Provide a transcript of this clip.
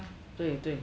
对对